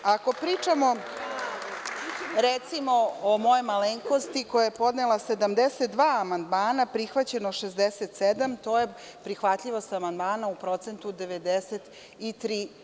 Ako pričamo, recimo, o mojoj malenkosti, koja je podnela 72 amandmana, prihvaćeno je 67, to je prihvatljivost amandmana u procentu od 93%